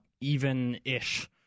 even-ish